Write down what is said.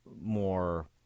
more